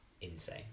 insane